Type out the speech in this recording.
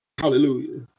hallelujah